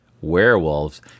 Werewolves